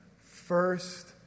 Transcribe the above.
first